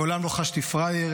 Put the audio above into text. מעולם לא חשתי פראייר,